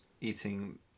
eating